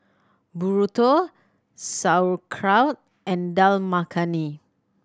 Burrito Sauerkraut and Dal Makhani